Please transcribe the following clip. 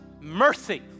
mercy